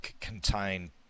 contain